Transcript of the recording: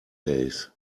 days